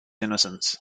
innocence